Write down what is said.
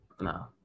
no